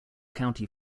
county